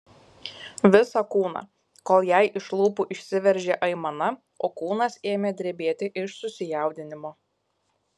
visą kūną kol jai iš lūpų išsiveržė aimana o kūnas ėmė drebėti iš susijaudinimo